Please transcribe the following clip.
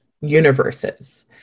universes